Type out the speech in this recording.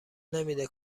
نمیده